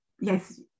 Yes